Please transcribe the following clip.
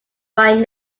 right